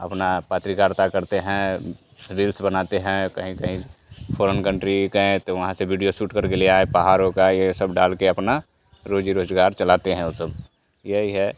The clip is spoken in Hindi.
अपना पत्रकारिता करते हैं रील्स बनाते हैं और कहीं कहीं फोरेन कंट्री गए तो वहाँ से वीडियो शूट करके ले आए पहाड़ों का ये सब डालकर अपनी रोज़ी रोज़गार चलाते हैं और सब यही है